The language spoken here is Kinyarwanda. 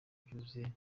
byuzuye